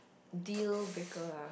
deal breaker ah